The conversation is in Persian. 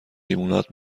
لیموناد